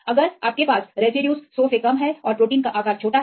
अगर आपके residues 100 residues से कम हैं और प्रोटीन आकार में छोटा है